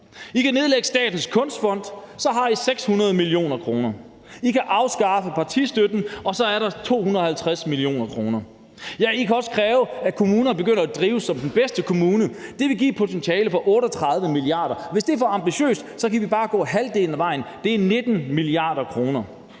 I kan nedlægge Statens Kunstfond. Så har i 600 mio. kr. I kan afskaffe partistøtten, og så er der 250 mio. kr. I kan også kræve, at kommuner begynder at blive drevet som den bedste kommune. Det vil give et potentiale på 38 mia. kr. Hvis det er for ambitiøst, kan de bare gå halvdelen af vejen. Det er 19 mia. kr.